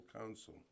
Council